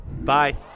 Bye